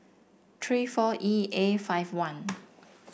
three four E A five one